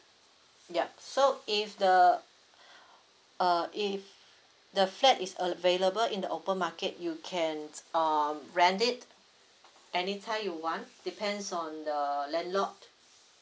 yup so if the uh if the flat is available in the open market you can uh rent it anytime you want depends on the landlord